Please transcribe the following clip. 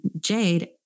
jade